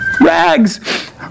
Rags